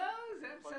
הולך